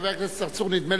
חברת הכנסת חוטובלי,